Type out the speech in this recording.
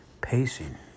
pacing